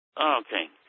Okay